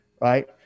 right